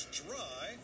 dry